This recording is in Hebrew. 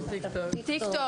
ב- Tik-Tok.